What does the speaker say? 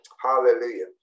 Hallelujah